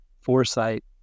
foresight